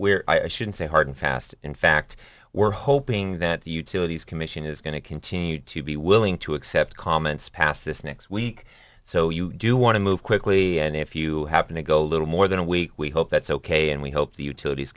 where i shouldn't say hard and fast in fact we're hoping that the utilities commission is going to continue to be willing to accept comments passed this next week so you do want to move quickly and if you happen to go a little more than a week we hope that's ok and we hope the utilities